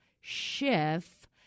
Schiff